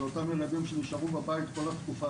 זה אותם ילדים שנשארו בבית כל התקופה